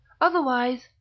Otherwise